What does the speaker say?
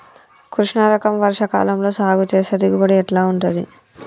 కృష్ణ రకం వర్ష కాలం లో సాగు చేస్తే దిగుబడి ఎట్లా ఉంటది?